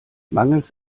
mangels